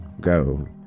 go